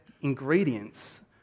ingredients